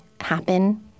happen